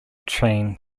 chain